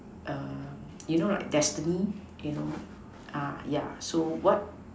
err you know like destiny you know ah yeah so what